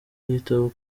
igitabo